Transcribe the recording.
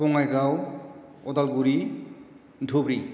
Bongaigaon Udalguri Dhubri